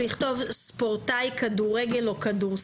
צריך גם לכתוב ספורטאי כדורגל או כדורסל.